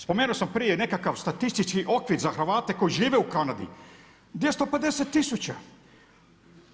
Spomenuo sam prije nekakav statistički okvir za Hrvate koji žive u Kanadi, 250 000.